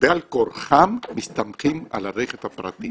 בעל כורחם מסתמכים על הרכב הפרטי